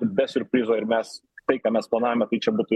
be siurprizo ir mes tai ką mes planavome tai čia būtų